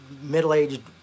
middle-aged